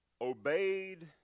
Obeyed